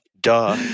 duh